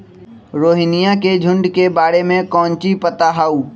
रोहिनया के झुंड के बारे में कौची पता हाउ?